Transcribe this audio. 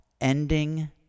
ending